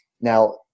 now